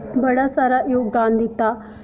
बड़ा सारा योगदान दित्ता